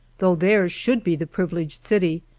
though theirs should be the privileged city,